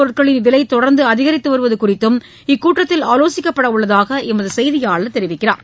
பொருட்களின் விலைதொடர்ந்துஅதிகரித்துவருவதுகுறித்தும் பெட்ரோலியப் இக்கூட்டத்தில் ஆலோசிக்கப்படவுள்ளதாகஎமதுசெய்தியாளர் தெரிவிக்கிறார்